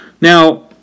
Now